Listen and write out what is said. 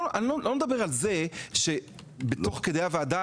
אני לא מדבר על זה שתוך כדי הוועדה